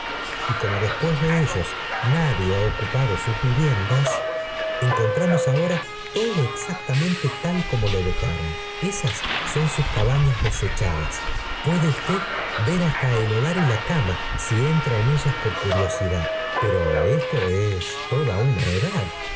y como después de ellos nadie ha ocupado sug viviendas svl l encontramos ahora todo exactamente tai como lo dejaron esas son sus cabañas destechadas puede usted ver hasta el hogar y la cama si entra en ella polr curiosidad pero esto es toda una edad